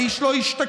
האיש לא השתקם,